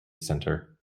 center